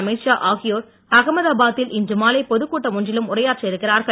அமித் ஷா ஆகியோர் அகமதாபாத்தில் இன்று மாலை பொதுக்கூட்டம் ஒன்றிலும் உரையாற்ற இருக்கிறார்கள்